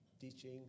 teaching